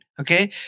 Okay